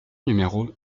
numéro